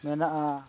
ᱢᱮᱱᱟᱜᱼᱟ